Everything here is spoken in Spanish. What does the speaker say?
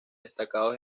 destacados